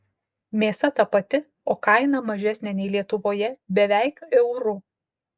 mėsa ta pati o kaina mažesnė nei lietuvoje beveik euru